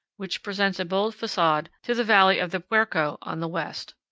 which presents a bold facade to the valley of the puerco on the west.